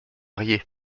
ried